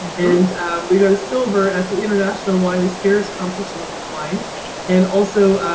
and we got a silver at the international wine and spirit competition with this wine and also